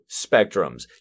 spectrums